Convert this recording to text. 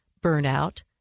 Burnout